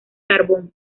carbón